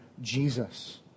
Jesus